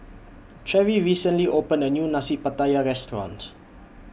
Cheri recently opened A New Nasi Pattaya Restaurant